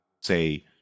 say